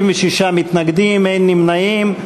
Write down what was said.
56 מתנגדים, אין נמנעים.